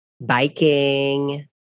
biking